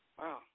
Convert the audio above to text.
wow